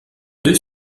deux